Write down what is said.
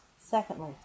Secondly